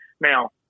Now